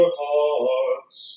hearts